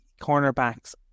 cornerbacks